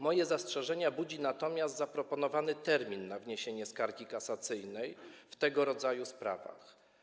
Moje zastrzeżenia budzi natomiast zaproponowany termin wniesienia skargi kasacyjnej w tego rodzaju sprawach.